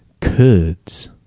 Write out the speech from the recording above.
Kurds